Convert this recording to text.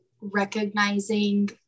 recognizing